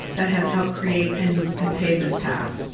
that has helped create and and pave this path.